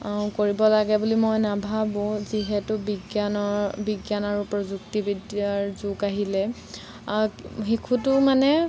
কৰিব লাগে বুলি মই নাভাবোঁ যিহেতু বিজ্ঞানৰ বিজ্ঞান আৰু প্ৰযুক্তিবিদ্যাৰ যুগ আহিলে শিশুটো মানে